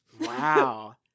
Wow